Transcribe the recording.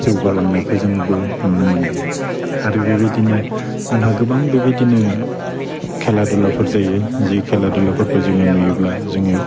जौगालांनायखौ जोंबो नुनो मोनदों आरो बेबायदिनो जोंहा गोबां बेबायदिनो खेला दुलाफोर जायो जि खेला दुलाफोरखौ जोङो नुयोब्ला जोङो